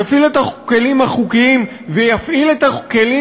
יפעיל את הכלים החוקיים ויפעיל את הכלים